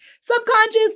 Subconscious